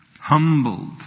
Humbled